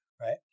right